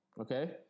Okay